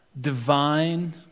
divine